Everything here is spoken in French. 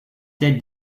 telle